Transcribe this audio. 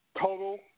total